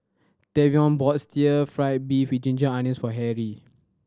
Tavion bought stir fried beef with ginger onions for Harry